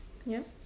ya